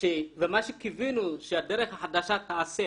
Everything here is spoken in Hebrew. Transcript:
ומה שקיווינו שהדרך החדשה תעשה,